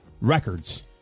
records